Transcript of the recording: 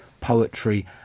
poetry